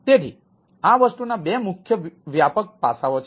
તેથી આ વસ્તુના બે ખૂબ વ્યાપક પાસાઓ છે